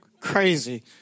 crazy